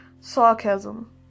Sarcasm